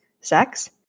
sex